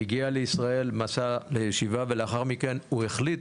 הגיע לישראל לישיבה ולאחר מכן החליט